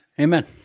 Amen